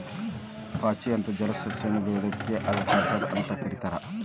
ಪಾಚಿ ಅಂತ ಜಲಸಸ್ಯಗಳನ್ನ ಬೆಳಿಯೋದಕ್ಕ ಆಲ್ಗಾಕಲ್ಚರ್ ಅಂತ ಕರೇತಾರ